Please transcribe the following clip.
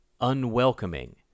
unwelcoming